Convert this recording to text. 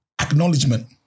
acknowledgement